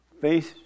face